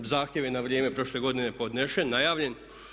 Zahtjev je na vrijeme prošle godine podnesen, najavljen.